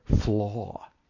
flaw